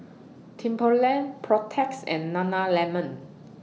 Timberland Protex and Nana Lemon